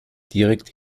direkt